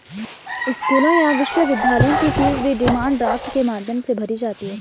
स्कूलों या विश्वविद्यालयों की फीस भी डिमांड ड्राफ्ट के माध्यम से भरी जाती है